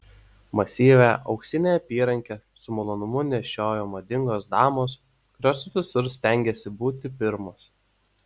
masyvią auksinę apyrankę su malonumu nešioja madingos damos kurios visur stengiasi būti pirmos